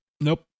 Nope